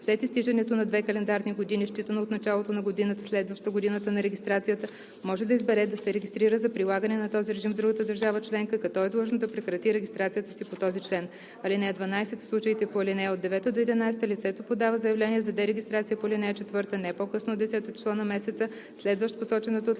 след изтичането на две календарни години считано от началото на годината, следваща годината на регистрацията, може да избере да се регистрира за прилагане на този режим в другата държава членка, като е длъжно да прекрати регистрацията си по този член. (12) В случаите по ал. 9 – 11 лицето подава заявление за дерегистрация по ал. 4 не по-късно от 10-о число на месеца, следващ посочената от лицето